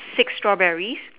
six strawberries